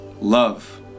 Love